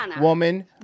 woman